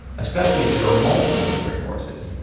especially if there are multiple dessert courses.